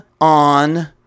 on